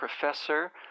professor